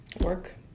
work